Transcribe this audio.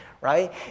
right